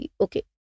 okay